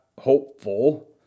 hopeful